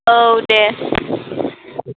औ दे